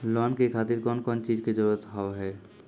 Loan के खातिर कौन कौन चीज के जरूरत हाव है?